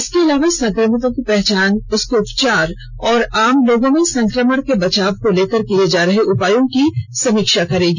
इसके अलावा संक्रमितों की पहचान उसके उपचार और आमलोगों में संक्रमण के बचाव को लेकर किए जा रहे उपायों की समीक्षा करेगी